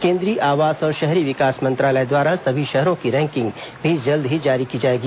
केन्द्रीय आवास और शहरी विकास मंत्रालय द्वारा सभी शहरों की रैंकिंग भी जल्द ही जारी की जाएगी